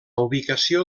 ubicació